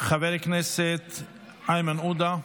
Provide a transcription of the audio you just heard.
חבר הכנסת איימן עודה,